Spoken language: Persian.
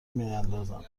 میاندازند